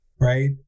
right